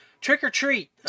trick-or-treat